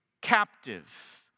captive